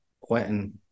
Quentin